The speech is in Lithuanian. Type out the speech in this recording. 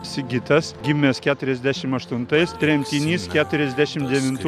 sigitas gimęs keturiasdešim aštuntais tremtinys keturiasdešim devintų